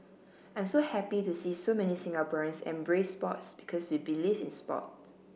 I'm so happy to see so many Singaporeans embrace sports because we believe in sport